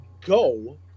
go